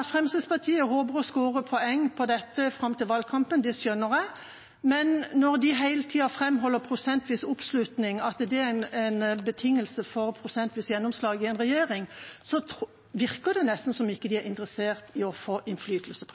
At Fremskrittspartiet håper å skåre poeng på dette fram til valgkampen, det skjønner jeg, men når de hele tida framholder at prosentvis oppslutning er en betingelse for prosentvis gjennomslag i en regjering, virker det nesten som om de ikke er interessert i å få innflytelse.